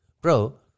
Bro